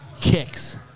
Kicks